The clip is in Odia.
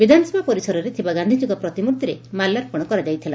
ବିଧାନସଭା ପରିସରରେ ଥିବା ଗାଧିଜୀଙ୍କ ପ୍ରତିମୂର୍ଭିରେ ମାଲ୍ୟାର୍ପଣ କରାଯାଇଥିଲା